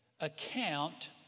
account